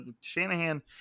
Shanahan